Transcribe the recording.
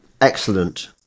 excellent